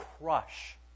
crush